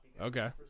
okay